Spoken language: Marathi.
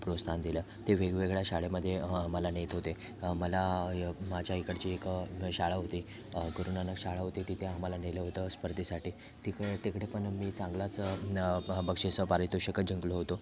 प्रोत्साहन दिलं ते वेगवेगळ्या शाळेमध्ये मला नेत होते मला माझ्या इकडचे एक शाळा होती गुरु नानक शाळा होती तिथे मला नेलं होतं स्पर्धेसाठी तिक तिकडं पण मी चांगलंच बक्षीसं पारितोषिकं जिंकलो होतो